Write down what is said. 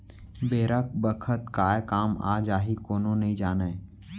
बेरा बखत काय काम आ जाही कोनो नइ जानय